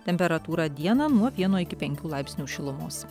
temperatūra dieną nuo vieno iki penkių laipsnių šilumos